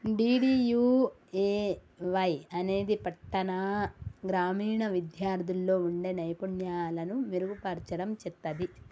DDUAY అనేది పట్టాణ, గ్రామీణ విద్యార్థుల్లో వుండే నైపుణ్యాలను మెరుగుపర్చడం చేత్తది